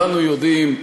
כולנו יודעים,